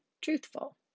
truthful